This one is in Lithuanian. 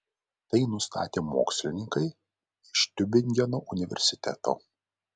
tai nustatė mokslininkai iš tiubingeno universiteto